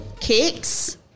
cakes